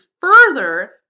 further